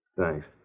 Thanks